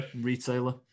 retailer